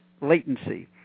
latency